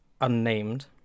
unnamed